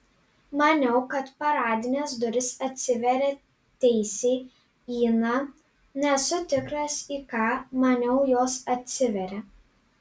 maniau kad paradinės durys atsiveria teisiai į na nesu tikras į ką maniau jos atsiveria